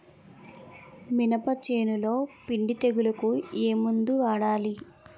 మినప చేనులో పిండి తెగులుకు ఏమందు వాడాలి?